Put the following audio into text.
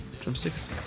Drumsticks